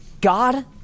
God